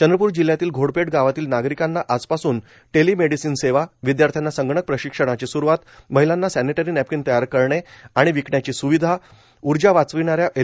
चंद्रप्र जिल्ह्यातील घोडपेठ गावातील नागरिकांना आजपासून टेलिमेडिसीन सेवा विदयार्थ्यांना संगणक प्रशिक्षणाची सुरुवात महिलांना सॅनिटरी नॅपकीन तयार करणे आणि विकण्याची सुविधा आणि उर्जा वाचविणाऱ्या एल